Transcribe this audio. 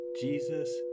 Jesus